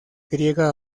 griega